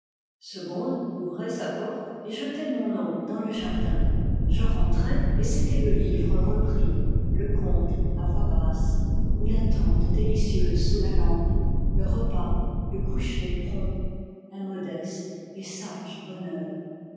segonde ouvrait sa porte et jetait mon nom dans le jardin je rentrais et c était le livre repris le conte à voix basse ou l'attente silencieuse sous la lampe le repas le coucher prompt un modeste et sage bonheur